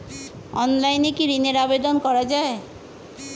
অনলাইনে কি ঋণের আবেদন করা যায়?